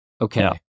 Okay